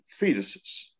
fetuses